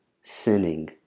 sinning